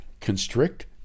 constrict